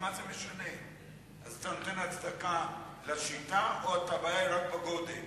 ממנה את ראש הרשות.